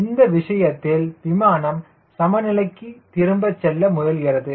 எனவே இந்த விஷயத்தில் விமானம் சமநிலைக்கு திரும்பச் செல்ல முயல்கிறது